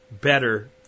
better